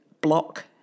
block